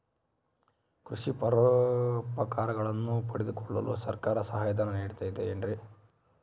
ಕೃಷಿ ಪರಿಕರಗಳನ್ನು ಪಡೆದುಕೊಳ್ಳಲು ಸರ್ಕಾರ ಸಹಾಯಧನ ನೇಡುತ್ತದೆ ಏನ್ರಿ?